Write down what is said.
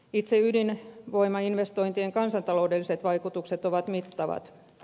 itse ydinvoimainvestointien kansantaloudelliset vaikutukset ovat mittavat